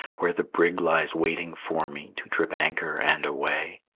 where the brig lies waiting for me to trip anchor and away!